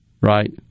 right